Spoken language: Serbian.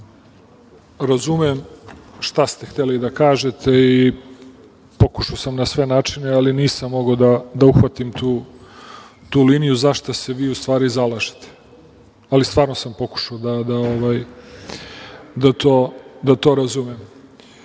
da razumem šta ste hteli da kažete i pokušao sam na sve načine, ali nisam mogao da uhvatim tu liniju za šta se vi u stvari zalažete, ali stvarno sam pokušao da to razumem. Drago